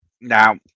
Now